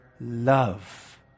Love